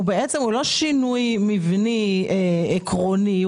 הוא לא שינוי מבני עקרוני.